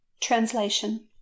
Translation